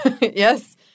Yes